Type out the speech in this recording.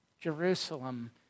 Jerusalem